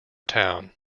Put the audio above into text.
town